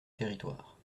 territoire